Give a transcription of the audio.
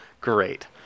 Great